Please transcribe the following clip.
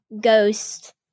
ghost